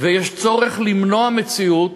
ויש צורך למנוע מציאות